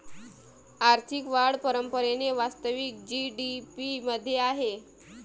आर्थिक वाढ परंपरेने वास्तविक जी.डी.पी मध्ये आहे